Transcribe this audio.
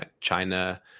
China